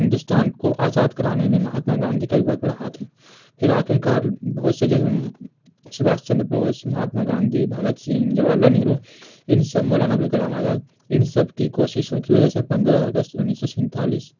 ہندوستان کو آزاد کرانے میں مہاتما گاندھی کا بھی بہت بڑا ہاتھ ہے پھر آخر کار بہت سے جیسے سبھاش چندر بوس مہاتما گاندھی بھگت سنگھ جواہر لال نہرو ان سب مولانا ابوالکلام آزاد ان سب کی کوششوں کی وجہ سے پندرہ اگست انیس سو سینتالیس